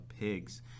pigs